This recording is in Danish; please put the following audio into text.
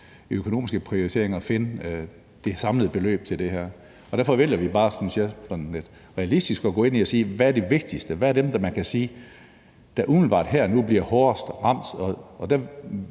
økonomiske prioriteringer finde det samlede beløb til det her. Derfor vælger vi bare, sådan lidt realistisk, synes jeg, at gå ind og sige: Hvad er det vigtigste, og hvem er det, man kan sige umiddelbart her og nu bliver hårdest ramt? Så laver